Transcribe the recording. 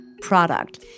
product